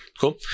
cool